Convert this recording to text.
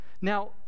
Now